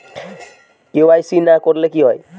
KYC না করলে কি হয়?